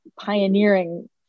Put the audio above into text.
pioneering